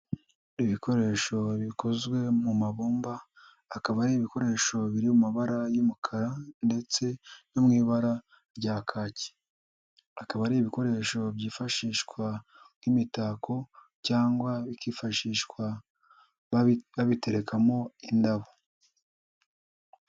Ibikoresho bikozwe mu mabumba, akaba ari ibikoresho biri mu mabara y'umukara ndetse no mu ibara rya' kakiyi, akaba ari ibikoresho byifashishwa nk'imitako cyangwa bikifashishwa babiterekamo indabo.